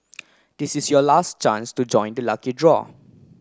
this is your last chance to join the lucky draw